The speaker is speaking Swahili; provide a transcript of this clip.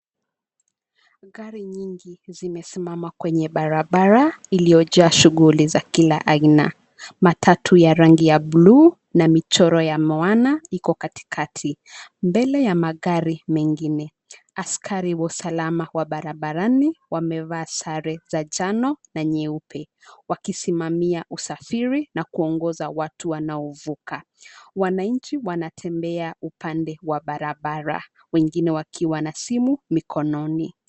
Gari nyingi zimesimama kwenye barabara iliyojaa shughuli za kila aina. Matatu ya rangi ya bluu na michoro ya Moana iko katikati, mbele ya magari mengine. Askari wa usalama wa barabarani wamevaa sare za njano na nyeupe, wakisimamia usafiri na kuongoza watu wanaovuka. Wananchi wanatembea upande wa barabara wengine wakiwa na simu mkononi.